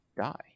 die